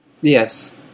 Yes